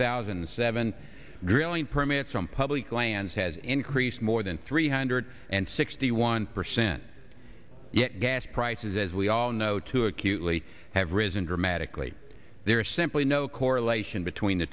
thousand and seven drilling permits from public lands has increased more than three hundred and sixty one percent yet gas prices as we all know too acutely have risen dramatically there is simply no correlation between the